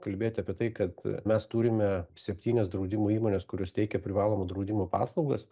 kalbėti apie tai kad mes turime septynias draudimo įmones kurios teikia privalomo draudimo paslaugas